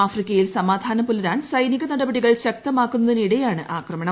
ആഫ്രിക്കയിൽ സമാധാനം പുലരാൻ സൈനിക നടപടികൾ ശക്തമാക്കുന്നതിനിടെയാണ് ആക്രമണം